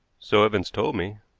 so evans told me.